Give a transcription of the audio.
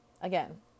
again